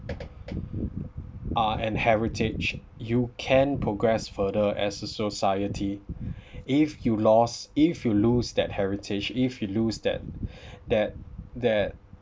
uh and heritage you can progress further as a society if you lost if you lose that heritage if you lose that that that